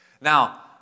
Now